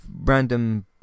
random